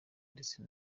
ndetse